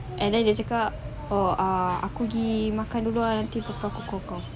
and then dia cakap oh ah aku pergi makan dulu ah nanti pukul tolong kau